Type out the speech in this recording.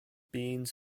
beans